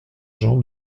jean